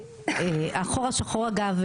החור השחור אגב,